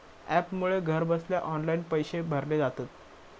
ॲपमुळे घरबसल्या ऑनलाईन पैशे भरले जातत